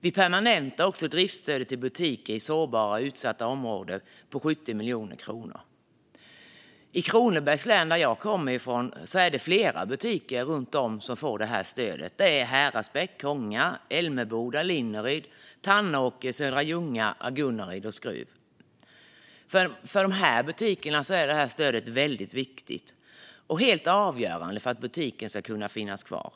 Vi permanentar också driftsstödet på 70 miljoner till butiker i sårbara och utsatta områden. I mitt hemlän Kronobergs län är det flera butiker som får stödet. De ligger i Häradsbäck, Konga, Älmeboda, Linneryd, Tannåker, Södra Ljunga, Agunnaryd och Skruv. För dessa butiker är detta stöd väldigt viktigt och helt avgörande för att butikerna ska kunna finnas kvar.